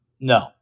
No